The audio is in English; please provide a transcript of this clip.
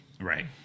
Right